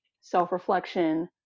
self-reflection